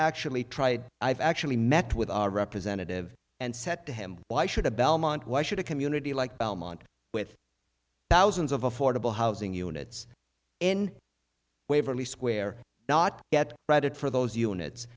actually tried i've actually met with a representative and said to him why should a belmont why should a community like belmont with thousands of affordable housing units in waverly square not get credit for those unit